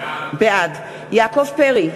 בעד יעקב פרי,